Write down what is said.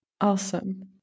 Awesome